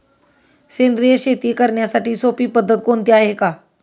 सेंद्रिय शेती करण्याची सोपी पद्धत कोणती आहे का?